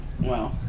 Wow